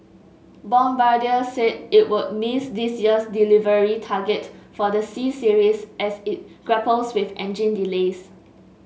bombardier said it would miss this year's delivery target for the C Series as it grapples with engine delays